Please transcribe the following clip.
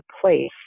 place